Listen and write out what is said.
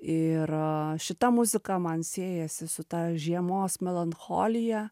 ir šita muzika man siejasi su ta žiemos melancholija